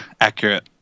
accurate